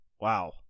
Wow